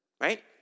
Right